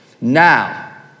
Now